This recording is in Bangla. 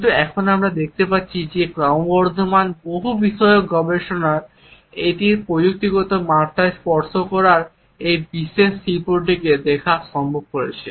কিন্তু এখন আমরা দেখতে পাচ্ছি যে ক্রমবর্ধমান বহুবিষয়ক গবেষণা এটির প্রযুক্তিগত মাত্রায় স্পর্শ করার এই বিশেষ শিল্পটিকে দেখা সম্ভব করেছে